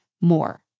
more